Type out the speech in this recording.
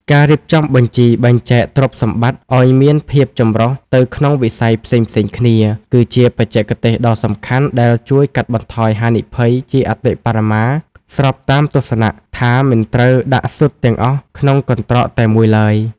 ការរៀបចំបញ្ជីបែងចែកទ្រព្យសម្បត្តិឱ្យមានភាពចម្រុះទៅក្នុងវិស័យផ្សេងៗគ្នា គឺជាបច្ចេកទេសដ៏សំខាន់ដែលជួយកាត់បន្ថយហានិភ័យជាអតិបរមា ស្របតាមទស្សនៈថា"មិនត្រូវដាក់ស៊ុតទាំងអស់ក្នុងកន្ត្រកតែមួយឡើយ"។